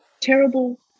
terrible